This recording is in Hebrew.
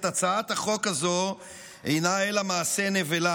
הצעת החוק הזאת אינה אלא מעשה נבלה.